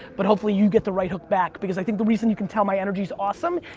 but hopefully you get the right hook back, because i think the reason you can tell my energy is awesome,